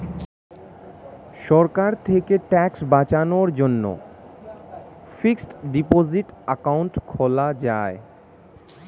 সরকার থেকে ট্যাক্স বাঁচানোর জন্যে ফিক্সড ডিপোসিট অ্যাকাউন্ট খোলা যায়